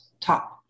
Top